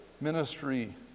ministry